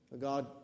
God